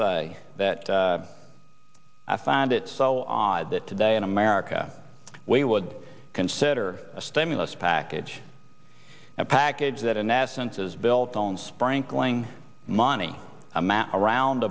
say that i found it so odd that today in america we would consider a stimulus package a package that in essence is built on sprinkling money a matter around